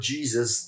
Jesus